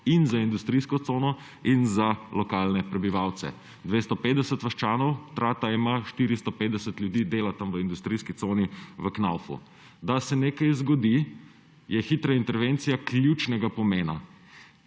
in za industrijsko cono in za lokalne prebivalce. 250 vaščanov ima Trata, 450 ljudi dela tam v industrijski coni v Knaufu. Da se nekaj zgodi, je hitra intervencija ključnega pomena